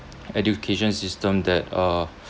education system that uh